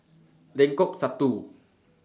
Lengkok Satu